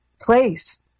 place